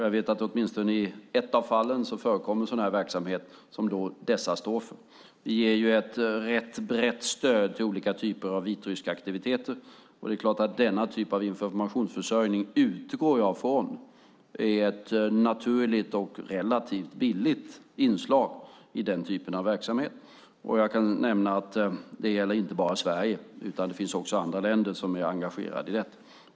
Jag vet att i åtminstone ett av fallen förekommer sådan här verksamhet som då dessa står för. Vi ger ett rätt brett stöd till olika typer av vitryska aktiviteter, och jag utgår från att denna typ av informationsförsörjning är ett naturligt och relativt billigt inslag i den typen av verksamhet. Jag kan nämna att det inte bara gäller Sverige, utan det finns också andra länder som är engagerade i detta.